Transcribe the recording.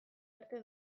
arte